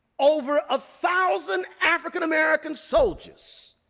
over a thousand african-american soldiers,